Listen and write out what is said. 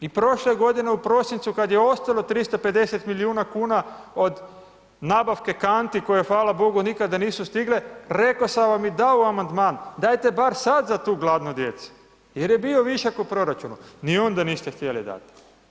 I prošle godine u prosincu kad je ostalo 350 milijuna kuna od nabavke kanti koje fala bogu nikada nisu stigle, rekao sam vam i dao amandman, dajte bar sad za tu gladnu djecu jer je bio višak u proračunu. ni onda niste htjeli dati.